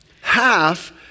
Half